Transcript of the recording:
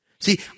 See